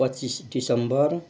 पच्चिस दिसम्बर